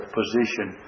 position